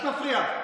את מפריעה.